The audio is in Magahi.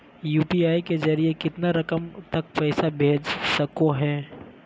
यू.पी.आई के जरिए कितना रकम तक पैसा भेज सको है?